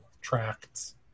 tracts